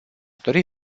dori